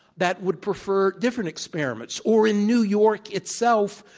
that would prefer different experiments. or in new york itself,